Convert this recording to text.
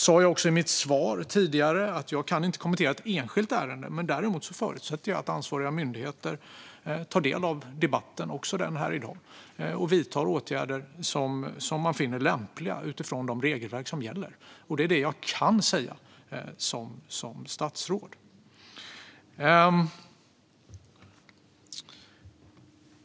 Som jag sa i mitt tidigare svar kan jag inte kommentera ett enskilt ärende, men däremot förutsätter jag att ansvariga myndigheter tar del av debatten, också den här i dag, och vidtar åtgärder som man finner lämpliga utifrån de regelverk som gäller. Det är det jag kan säga som statsråd.